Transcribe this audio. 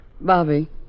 Bobby